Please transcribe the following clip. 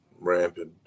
rampant